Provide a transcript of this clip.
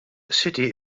city